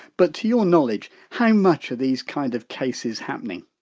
but to your knowledge, how much are these kinds of cases happening?